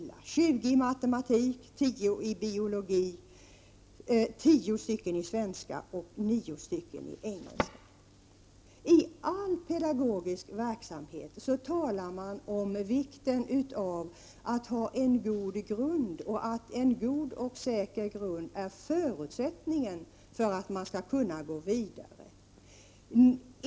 Där har man 20 obehöriga lärare i matematik, 10 i biologi, 10 i svenska och 9 i engelska. I all pedagogisk verksamhet talas det om vikten av att eleverna har en god grund och att en god och säker grund är förutsättningen för att de skall kunna gå vidare.